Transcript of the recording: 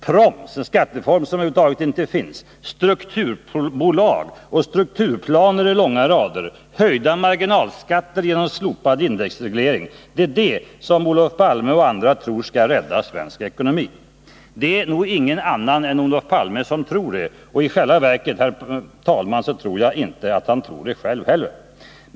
Proms-— en skatteform som över huvud taget inte finns — strukturbolag och strukturplaner i långa rader, höjda marginalskatter genom slopad indexreglering, det är vad Olof Palme tror skall rädda svensk ekonomi. Det är nog ingen annan än Olof Palme som tror det, och antagligen, herr talman, tror han det inte själv heller.